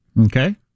Okay